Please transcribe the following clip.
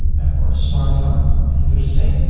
and for smartphone i can do the same.